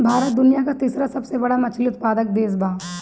भारत दुनिया का तीसरा सबसे बड़ा मछली उत्पादक देश बा